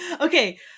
Okay